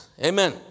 Amen